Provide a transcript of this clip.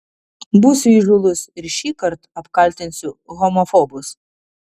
būsiu įžūlus ir šįkart apkaltinsiu homofobus